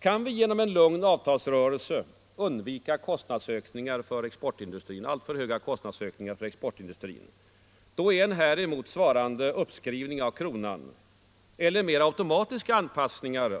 Kan vi genom en lugn avtalsrörelse undvika alltför stora kostnadsökningar för exportindustrin, är en häremot svarande uppskrivning av kro nan eller mera automatiska anpassningar